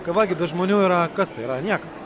kava gi be žmonių yra kas tai yra niekas